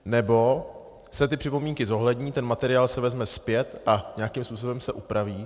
Nebo se ty připomínky zohlední, ten materiál se vezme zpět a nějakým způsobem se upraví.